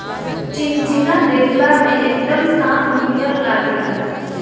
चिचिना देखला में एकदम सांप नियर लागेला